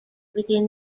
within